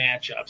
matchups